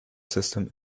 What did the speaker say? system